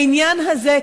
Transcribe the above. בעניין הזה,